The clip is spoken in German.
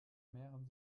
mehren